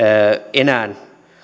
enää